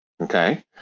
Okay